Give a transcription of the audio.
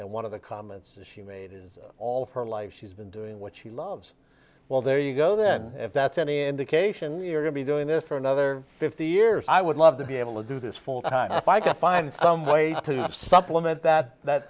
and one of the comments she made is all of her life she's been doing what she loves well there you go then if that's any indication we're going to be doing this for another fifty years i would love to be able to do this full time if i can find some way to supplement that